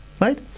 Right